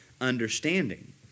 understanding